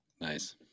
Nice